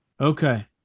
Okay